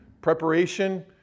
preparation